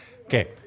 Okay